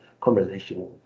conversation